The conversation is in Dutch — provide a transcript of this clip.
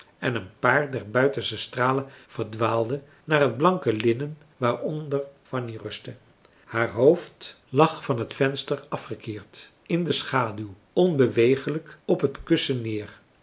en een paar der buitenste stralen verdwaalden naar het blanke linnen waaronder fanny rustte haar hoofd lag van het venster afgekeerd in de schaduw onbewegelijk op het kussen neer